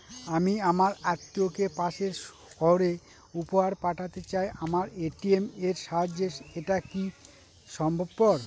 আমি আমার আত্মিয়কে পাশের সহরে উপহার পাঠাতে চাই আমার এ.টি.এম এর সাহায্যে এটাকি সম্ভবপর?